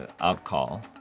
outcall